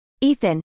Ethan